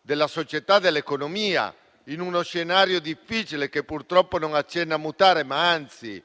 della società e dell'economia in uno scenario difficile, che purtroppo non accenna a mutare; anzi,